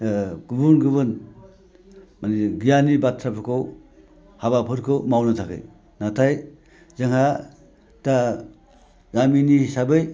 गुबुन गुबुन गियाननि बाथ्राफोरखौ हाबाफोरखौ मावनो थाखै नाथाय जोंहा दा गामिनि हिसाबै